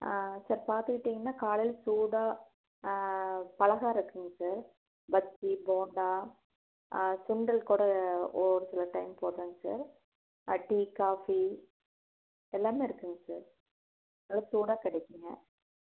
sir பார்த்துகிட்டிங்கனா காலையில் சூடாக பலகாரம் இருக்குங்க சார் பஜ்ஜி போண்டா சுண்டல் கூட ஒவ்வொரு சில டைம் போடுறாங்க சார் டீ காஃபி எல்லாமே இருக்குங்க சார் நல்ல சூடாக கிடைக்குங்க